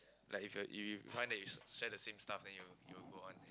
like if you are you you find that you share share the same stuff then you will you will go on